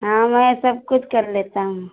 हाँ मैं सब कुछ कर लेता हूँ